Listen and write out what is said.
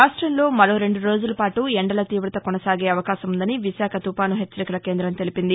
రాష్ట్రంలో మరో రెండురోజులపాటు ఎండల తీవత కొనసాగే అవకాశం ఉందని విశాఖ తుపాను హెచ్చరికల కేందం తెలిపింది